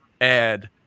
add